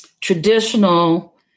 traditional